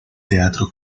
teatro